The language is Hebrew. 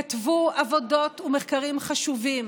כתבו עבודות ומחקרים חשובים